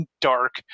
dark